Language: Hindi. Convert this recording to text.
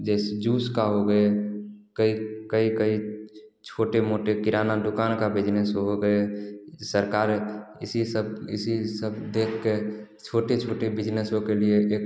जूस का हो गया कई कई कई छोटे मोटे किराना दुकान के बिजनेस हो गए सरकार इसी सब इसी सब देखकर छोटे छोटे बिजनेसों के लिए एक